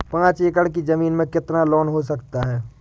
पाँच एकड़ की ज़मीन में कितना लोन हो सकता है?